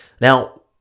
Now